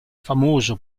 famoso